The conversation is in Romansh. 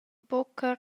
buca